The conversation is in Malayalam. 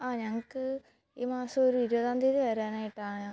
ആ ഞങ്ങള്ക്ക് ഈ മാസം ഒരു ഇരുപതാം തീയതി വരാനായിട്ടാണ്